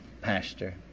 pastor